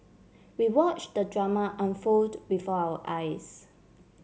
we watch the drama unfold before our eyes